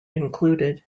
included